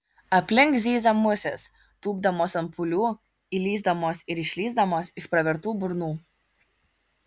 aplink zyzė musės tūpdamos ant pūlių įlįsdamos ir išlįsdamos iš pravertų burnų